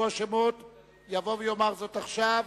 יבוא ויאמר זאת עכשיו.